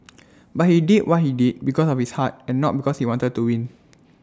but he did what he did because of his heart and not because he wanted to win